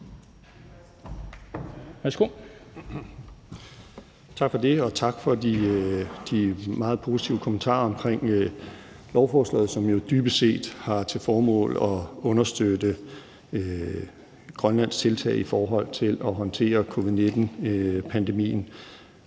Tak for det. Og tak for de meget positive kommentarer om lovforslaget, som jo dybest set har til formål at understøtte Grønlands tiltag i forhold til at håndtere covid-19-pandemien